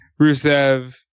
Rusev